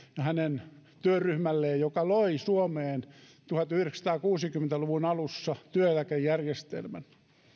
ja hänen työryhmälleen joka loi suomeen tuhatyhdeksänsataakuusikymmentä luvun alussa työeläkejärjestelmän